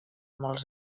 molts